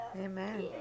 Amen